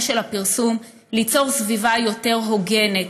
של הפרסום ליצור סביבה יותר הוגנת,